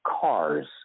cars